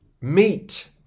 meat